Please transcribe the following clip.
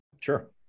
sure